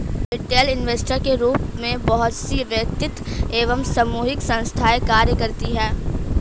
retail investor के रूप में बहुत सी वैयक्तिक एवं सामूहिक संस्थाएं कार्य करती हैं